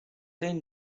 then